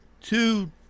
two